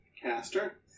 caster